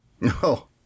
No